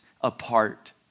apart